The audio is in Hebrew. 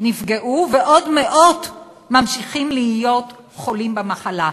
נפגעו ועוד מאות ממשיכים להיות חולים במחלה,